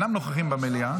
הם אינם נוכחים במליאה,